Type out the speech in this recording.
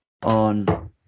on